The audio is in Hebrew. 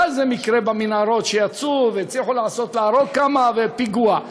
היה איזה מקרה במנהרות שיצאו והצליחו להרוג כמה בפיגוע,